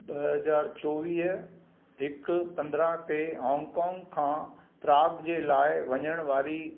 ॿ हज़ार चोवीह हिकु पंद्रहं ते हॉंग कॉंग खां प्राग जे लाइ वञण वारी